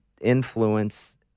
influence